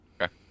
Okay